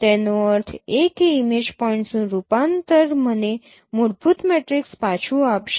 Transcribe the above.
તેનો અર્થ એ કે ઇમેજ પોઇન્ટ્સનું રૂપાંતર મને મૂળભૂત મેટ્રિક્સ પાછું આપશે